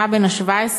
בנה בן ה-17,